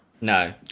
No